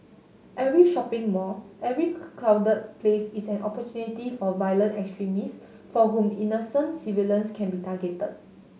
every shopping mall every crowded place is an opportunity for violent extremist for whom innocent civilians can be targeted